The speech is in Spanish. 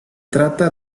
trata